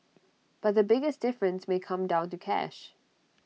but the biggest difference may come down to cash